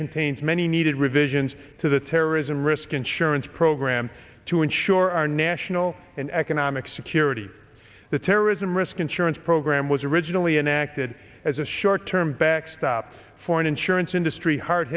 contains many needed revisions to the terrorism risk insurance program to ensure our national and economic security the terrorism risk insurance program was originally enacted as a short term backstop for an insurance industry hard